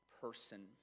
person